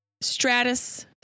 stratus